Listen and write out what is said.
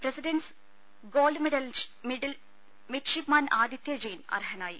president's gold മെഡലിന് midshipman Aditya Jain അർഹനായി